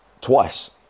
twice